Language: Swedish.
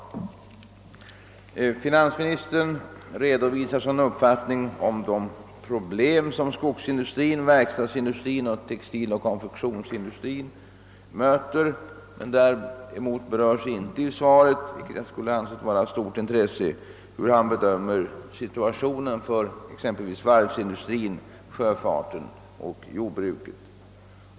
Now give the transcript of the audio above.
Finansministern redovisar sin uppfattning om de problem som skogsindustrin, verkstadsindustrin och textiloch konfektionsindustrin möter. Däremot berörs inte i svaret — vilket enligt min mening skulle ha varit av stort intresse — hur han bedömer situationen för exempelvis varvsindustrin, sjöfarten och jordbruket.